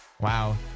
Wow